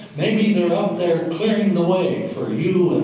maybe they're up there clearing the way for you,